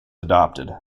adopted